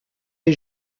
est